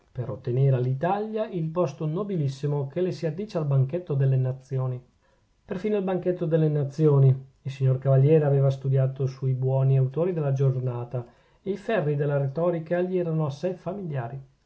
per ottenere all'italia il posto nobilissimo che le si addice al banchetto delle nazioni perfino il banchetto delle nazioni il signor cavaliere aveva studiato sui buoni autori della giornata e i ferri della rettorica gli erano assai familiari